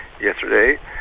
yesterday